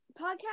podcast